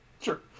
Sure